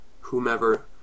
whomever